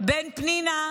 בין פנינה לביני.